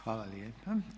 Hvala lijepa.